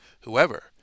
whoever